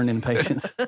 patience